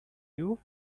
you